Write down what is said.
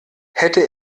hätte